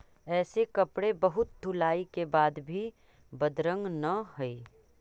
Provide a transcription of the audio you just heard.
ऐसे कपड़े बहुत धुलाई के बाद भी बदरंग न हई